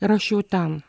ir aš jau ten